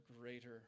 greater